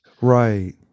right